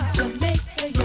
jamaica